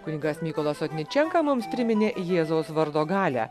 kunigas mykolas sotničenka mums priminė jėzaus vardo galią